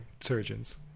surgeons